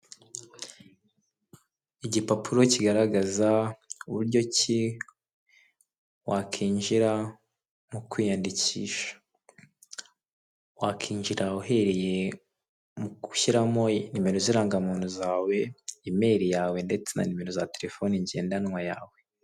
Igipapuro kigaragaza uburyo ki wakinjira no kwiyandikisha, wakinjira uhereye mugushyiramo nimero z'irangamuntu zawe, email yawe ndetse na nimero za terefone ngendanwa yawe.